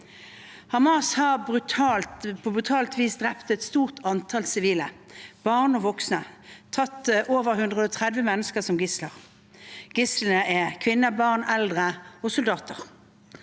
Hamas har på brutalt vis drept et stort antall sivile, barn og voksne, og de har tatt over 130 mennesker som gissel. Gislene er kvinner, barn, eldre og soldater.